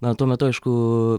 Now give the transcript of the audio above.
na tuo metu aišku